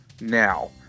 now